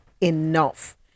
enough